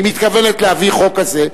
היא מתכוונת להביא חוק כזה,